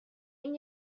این